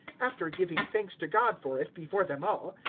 after giving thanks to god for it before them all,